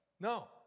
No